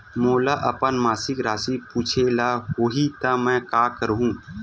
मोला अपन मासिक राशि पूछे ल होही त मैं का करहु?